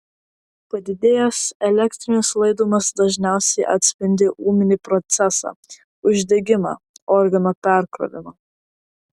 padidėjęs elektrinis laidumas dažniausiai atspindi ūminį procesą uždegimą organo perkrovimą